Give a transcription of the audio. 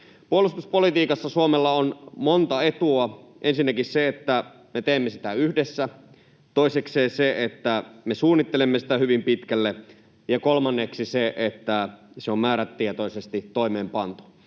Puolustuspolitiikassa Suomella on monta etua: ensinnäkin se, että me teemme sitä yhdessä, toisekseen se, että me suunnittelemme sitä hyvin pitkälle, ja kolmanneksi se, että se on määrätietoisesti toimeenpantu.